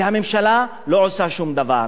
והמשטרה לא עושה שום דבר.